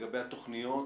לגבי התוכניות?